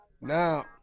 Now